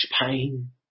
pain